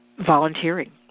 volunteering